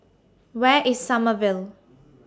Where IS Sommerville